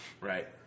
Right